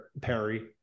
Perry